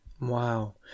wow